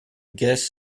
guest